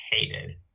hated